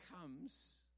comes